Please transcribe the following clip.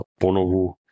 ponovu